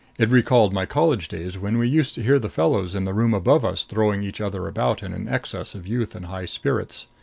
it recalled my college days, when we used to hear the fellows in the room above us throwing each other about in an excess of youth and high spirits.